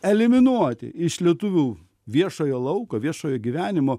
eliminuoti iš lietuvių viešojo lauko viešojo gyvenimo